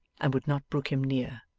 and would not brook him near.